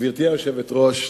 גברתי היושבת-ראש,